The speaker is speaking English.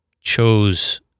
chose